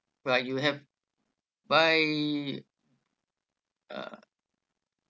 like you have buy uh